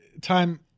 Time